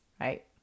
right